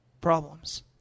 Problems